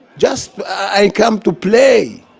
just i come to play!